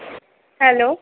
hello